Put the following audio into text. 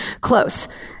close